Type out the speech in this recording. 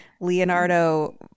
Leonardo